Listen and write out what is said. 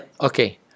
Okay